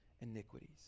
iniquities